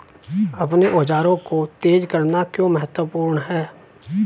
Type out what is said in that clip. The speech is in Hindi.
अपने औजारों को तेज करना क्यों महत्वपूर्ण है?